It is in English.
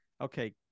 okay